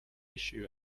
issue